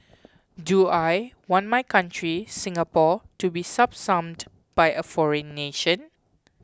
do I want my country Singapore to be subsumed by a foreign nation